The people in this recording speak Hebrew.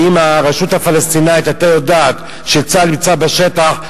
ואם הרשות הפלסטינית היתה יודעת שצה"ל נמצא בשטח,